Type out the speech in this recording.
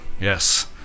Yes